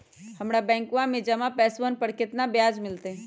हम्मरा बैंकवा में जमा पैसवन पर कितना ब्याज मिलतय?